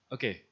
Okay